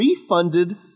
refunded